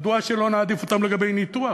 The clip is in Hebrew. מדוע שלא נעדיף אותם לגבי ניתוח?